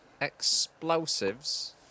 Explosives